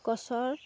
গছৰ